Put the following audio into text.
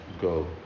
go